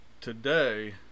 today